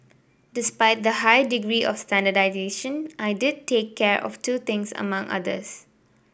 despite the high degree of standardisation I did take care of two things among others